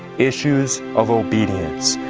issues of obedience.